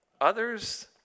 Others